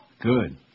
Good